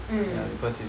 mm